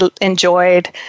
enjoyed